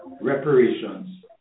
reparations